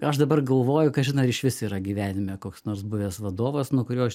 aš dabar galvoju kažin ar išvis yra gyvenime koks nors buvęs vadovas nuo kurio aš